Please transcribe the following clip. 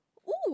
!woo!